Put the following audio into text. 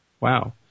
Wow